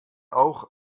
oog